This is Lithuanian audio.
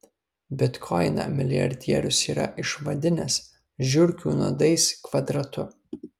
bitkoiną milijardierius yra išvadinęs žiurkių nuodais kvadratu